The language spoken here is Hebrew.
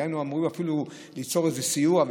היינו אמורים אפילו ליצור איזה סיוע.